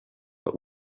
but